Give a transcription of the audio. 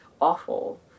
awful